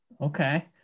okay